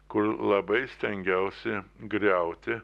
kur labai stengiausi griauti